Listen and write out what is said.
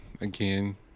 again